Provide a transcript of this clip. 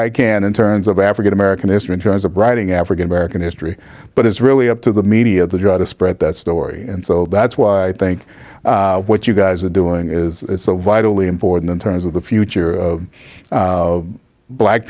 it can in terms of african american history in terms of writing african american history but it's really up to the media to try to spread that story and so that's why i think what you guys are doing is so vitally important in terms of the future of black